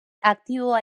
aktiboa